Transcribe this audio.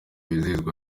wizihizwa